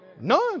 None